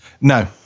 No